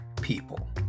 people